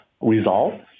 resolve